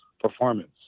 performance